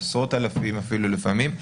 עשרות אלפים אפילו לפעמים.